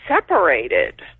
separated